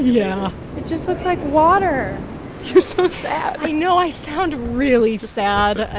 yeah it just looks like water you're so sad i know i sound really sad. ah